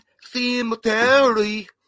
cemetery